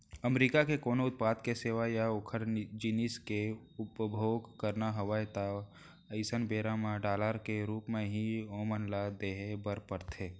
अमरीका के कोनो उत्पाद के सेवा या ओखर जिनिस के उपभोग करना हवय ता अइसन बेरा म डॉलर के रुप म ही ओमन ल देहे बर परथे